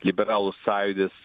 liberalų sąjūdis